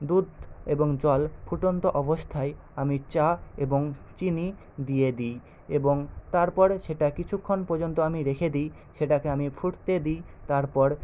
দুধ এবং জল ফুটন্ত অবস্থায় আমি চা এবং চিনি দিয়ে দিই এবং তারপরে সেটা কিছুক্ষণ পর্যন্ত আমি রেখে দিই সেটাকে আমি ফুটতে দিই তারপর